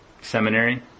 seminary